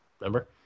remember